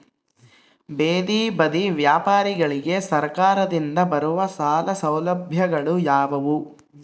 ಬೇದಿ ಬದಿ ವ್ಯಾಪಾರಗಳಿಗೆ ಸರಕಾರದಿಂದ ಬರುವ ಸಾಲ ಸೌಲಭ್ಯಗಳು ಯಾವುವು?